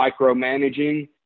micromanaging